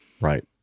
Right